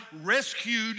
rescued